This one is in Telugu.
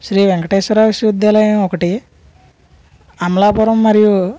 శ్రీ వెంకటేశ్వర విశ్వవిద్యాలయం ఒకటి అమలాపురం మరియు